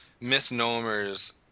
misnomers